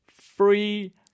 Free